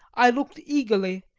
i looked eagerly,